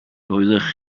doeddech